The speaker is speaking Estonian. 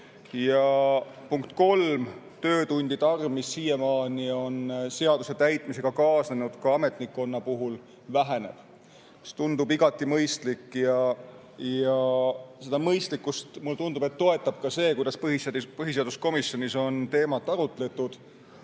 ja punkt kolm, töötundide arv, mis siiamaani on seaduse täitmisega kaasnenud, ka ametnikkonna puhul, väheneb. See tundub igati mõistlik ja seda mõistlikkust toetab, mulle tundub, ka see, kuidas põhiseaduskomisjonis on teemat arutatud